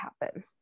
happen